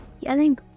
yelling